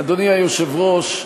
אדוני היושב-ראש,